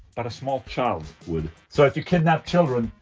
but a small child would so if you kidnap children,